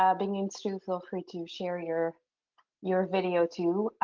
ah bing and stu, feel free to share your your video too.